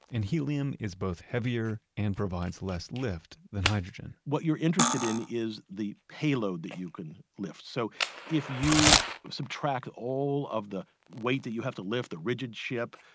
and helium is both heavier and provides less lift than hydrogen what you're interested in is the payload that you can lift. so if you subtract all of the weight that you have to lift the rigid ship,